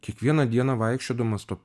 kiekvieną dieną vaikščiodamas to